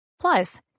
Plus